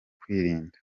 kwirinda